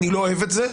אני לא אוהב את זה,